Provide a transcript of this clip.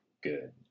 good